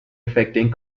affecting